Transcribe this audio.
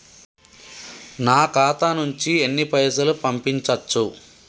నా ఖాతా నుంచి ఎన్ని పైసలు పంపించచ్చు?